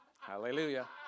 Hallelujah